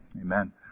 amen